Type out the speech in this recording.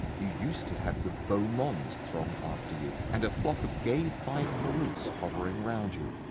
you used to have the beau monde throng after you, and a flock of gay fine perukes hovering round you.